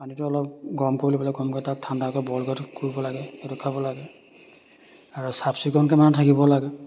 পানীটো অলপ গৰম পৰিলে বুলি কমকৈ তাত ঠাণ্ডাকৈ বইল কৰিব লাগে সেইটো খাব লাগে আৰু চাফ চিকুণকৈ মানে থাকিব লাগে